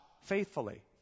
faithfully